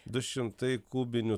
du šimtai kubinių